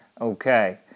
okay